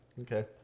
Okay